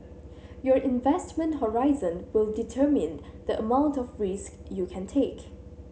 your investment horizon will determine the amount of risk you can take